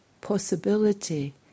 possibility